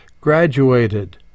graduated